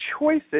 choices